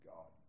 God